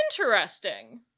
Interesting